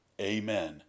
Amen